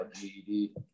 GED